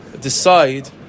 decide